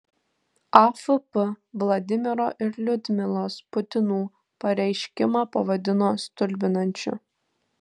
afp vladimiro ir liudmilos putinų pareiškimą pavadino stulbinančiu